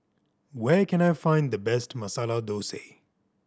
where can I find the best Masala Thosai